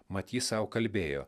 mat ji sau kalbėjo